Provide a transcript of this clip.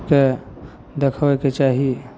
से देखबयके चाही